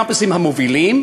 בקמפוסים המובילים,